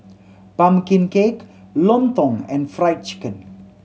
pumpkin cake lontong and Fried Chicken